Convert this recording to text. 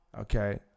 Okay